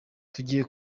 tugiye